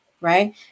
right